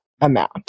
amount